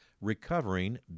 Recovering